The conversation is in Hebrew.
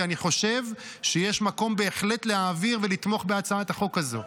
כי אני חושב שיש מקום בהחלט להעביר ולתמוך בהצעת החוק הזאת.